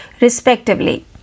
respectively